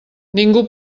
ningú